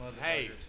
Hey